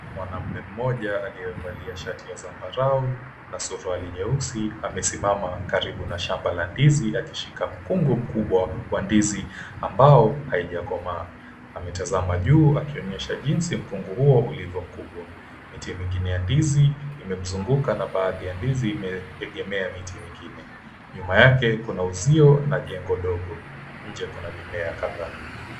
Mwanaume mmoja aliyevalia shati ya zambarau na suruali nyeusi amesimama karibu na shamba la ndizi akishika mkungu mkubwa wa ndizi ambao haijakomaa. Ametazama juu akionyesha jinsi mkungu huo ulivyo mkubwa. Miti mingine ya ndizi imemzunguka na baadhi ya ndizi imeegemea miti mingine. Nyuma yake kuna uzio na jengo dog. Nje kuna mimea kadhaa.